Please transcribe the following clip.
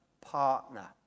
Partner